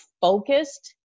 focused